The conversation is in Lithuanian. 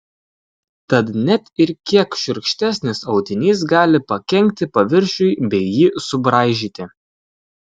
tad net ir kiek šiurkštesnis audinys gali pakenkti paviršiui bei jį subraižyti